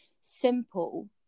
simple